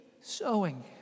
sowing